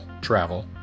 travel